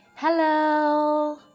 Hello